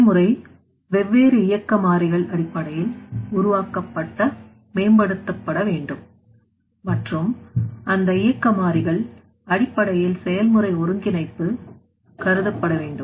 செயல்முறை வெவ்வேறு இயக்க மாறிகள் அடிப்படையில் உருவாக்கப்பட்ட மேம்படுத்தப்பட வேண்டும் மற்றும் அந்த இயக்க மாறிகள் அடிப்படையில் செயல்முறை ஒருங்கிணைப்பு கருதப்பட வேண்டும்